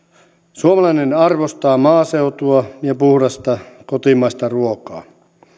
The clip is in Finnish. suomalainen arvostaa maaseutua ja puhdasta kotimaista ruokaa